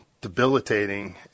debilitating